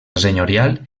senyorial